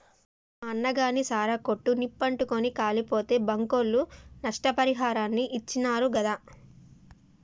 మా అన్నగాని సారా కొట్టు నిప్పు అంటుకుని కాలిపోతే బాంకోళ్లు నష్టపరిహారాన్ని ఇచ్చినారు గాదా